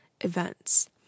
events